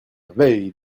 veille